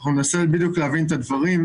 אנחנו ננסה בדיוק להבין את הדברים,